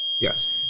Yes